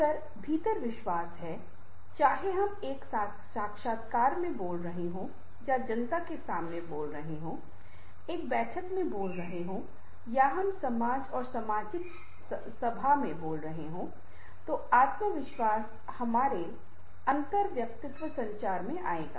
अगर भीतर विश्वास है चाहे हम एक साक्षात्कार में बोल रहे हों या जनता के सामने बोल रहे हों एक बैठक में बोल रहे हों या हम समाज और सामाजिक सभा में बोल रहे हो तो आत्मविश्वास हमारे अंतर्वैयक्तिक संचार में आएगा